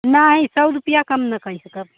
नहीं सौ रुपया कम ना कर सकब